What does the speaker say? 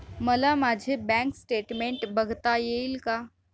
मला माझे bank statement बघता येईल का?